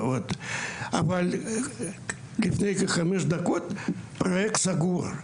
אבל לפני כחמש דקות הפרוייקט סגור.